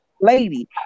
lady